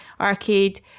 arcade